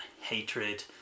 hatred